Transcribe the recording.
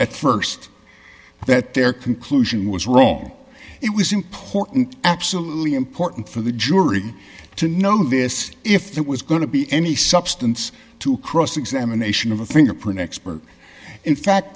at st that their conclusion was wrong it was important absolutely important for the jury to know this if that was going to be any substance to cross examination of a fingerprint expert in fact